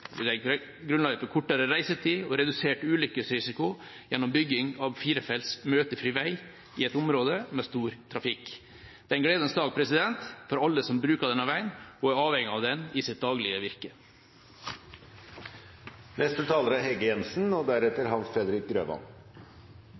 bompengeproposisjonen legger vi grunnlaget for økt framkommelighet, vi legger grunnlaget for kortere reisetid og redusert ulykkesrisiko gjennom bygging av firefelts, møtefri vei i et område med stor trafikk. Det er en gledens dag for alle som bruker denne veien og er avhengige av den i sitt daglige virke. Jeg ser meg nødt til å kommentere noen av Arbeiderpartiets og